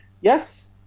Yes